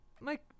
Mike